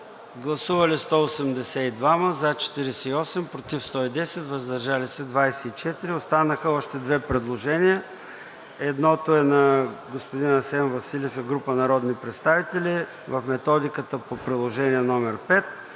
представители: за 48, против 110, въздържали се 24. Останаха още две предложения. Едното е на господин Асен Василев и група народни представители в методиката по Приложение № 5.